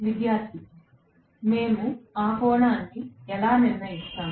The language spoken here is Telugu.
విద్యార్థి మేము ఆ కోణాన్ని ఎలా నిర్ణయిస్తాము